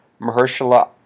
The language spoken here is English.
Mahershala